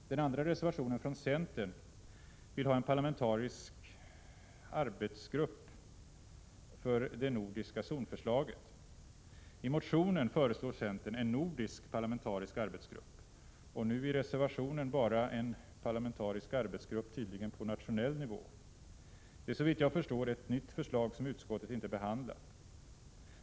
I den andra reservationen vill centern ha en parlamentarisk arbetsgrupp för det nordiska zonförslaget. I motionen föreslår centern en nordisk parlamentarisk arbetsgrupp, och nu i reservationen bara en parlamentarisk arbetsgrupp, tydligen på nationell nivå. Det är såvitt jag förstår ett nytt förslag, som utskottet inte behandlat.